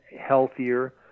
healthier